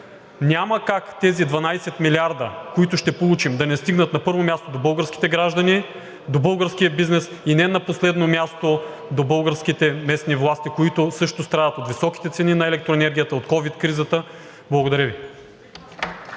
Няма как тези 12 милиарда, които ще получим, да не стигнат, на първо място, до българските граждани, до българския бизнес и не на последно място – до българските местни власти, които също страдат от високите цени на електроенергията, от ковид кризата. Благодаря Ви.